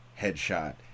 headshot